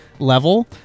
level